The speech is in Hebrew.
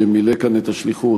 שמילא כאן את השליחות,